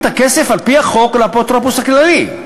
את הכסף על-פי החוק לאפוטרופוס הכללי,